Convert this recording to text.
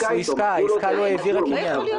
אני חושב